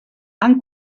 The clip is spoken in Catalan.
han